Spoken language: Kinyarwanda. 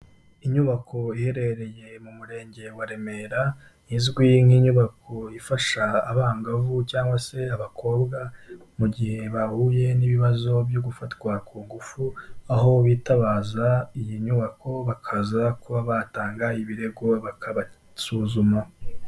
Inyubako iherereye mu murenge wa Remera, izwi nk'inyubako ifasha abangavu, cyangwa se abakobwa, mu gihe bahuye n'ibibazo byo gufatwa ku ngufu, aho bitabaza iyi nyubako bakaza kuba batanga ibirego bakabasuzuma.